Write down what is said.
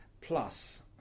plus